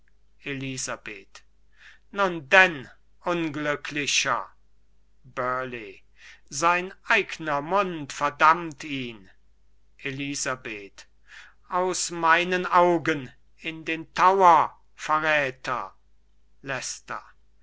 elisabeth nun denn unglücklicher burleigh sein eigner mund verdammt ihn elisabeth aus meinen augen in den tower verräter